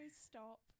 stop